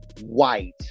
white